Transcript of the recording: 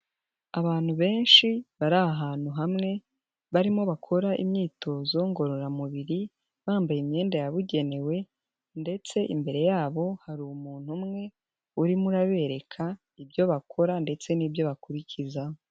Abantu benshi bari ahantu hamwe barimo bakora imyitozo ngororamubiri, bambaye imyenda yabugenewe ndetse imbere yabo hari umuntu umwe urimo urabereka ibyo bakora ndetse n'ibyo bakurikiza.